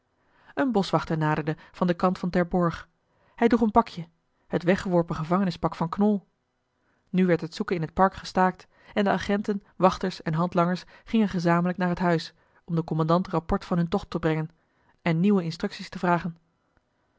een boschwachter naderde van den kant van terborgh hij droeg een pakje het weggeworpen gevangenispak van knol nu werd het zoeken in het park gestaakt en de agenten wachters en handlangers gingen gezamenlijk naar het huis om den kommandant rapport van hun tocht te brengen en nieuwe instructies te vragen